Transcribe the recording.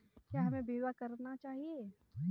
क्या हमें बीमा करना चाहिए?